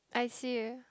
I see you